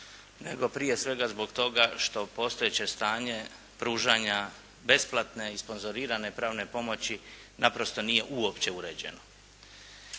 nego prije svega zbog toga što postojeće stanje pružanja besplatne i sponzorirane pravne pomoći naprosto nije uopće uređeno.